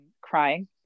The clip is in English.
crying